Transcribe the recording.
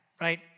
right